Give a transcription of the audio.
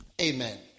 Amen